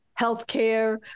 healthcare